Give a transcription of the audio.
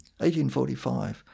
1845